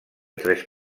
tres